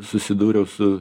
susidūriau su